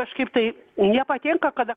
kažkaip tai nepatinka kada